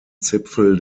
zipfel